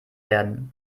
werden